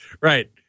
Right